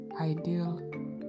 Ideal